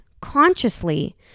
consciously